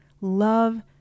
love